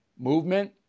movement